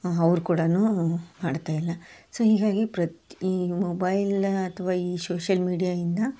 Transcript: ಅವ್ರು ಕೂಡಾ ಮಾಡ್ತಾ ಇಲ್ಲ ಸೊ ಹೀಗಾಗಿ ಪ್ರತ್ ಈ ಮೊಬೈಲ್ ಅಥ್ವಾ ಈ ಶೋಶಲ್ ಮೀಡಿಯಾದಿಂದ